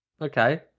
Okay